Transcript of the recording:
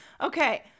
Okay